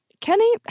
Kenny